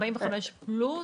45 פלוס,